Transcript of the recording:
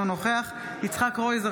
אינו נוכח יצחק קרויזר,